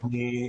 קצת